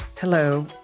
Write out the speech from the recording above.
Hello